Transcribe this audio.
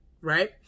Right